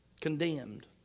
Condemned